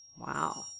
wow